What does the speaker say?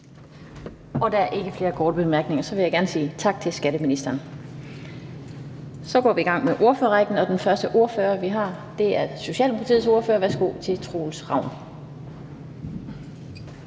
Der er ikke flere korte bemærkninger. Så vil jeg gerne sige tak til skatteministeren. Så går vi i gang med ordførerrækken, og den første ordfører, vi har, er Socialdemokratiets ordfører. Værsgo til hr. Troels Ravn.